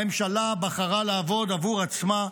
הממשלה בחרה לעבוד עבור עצמה,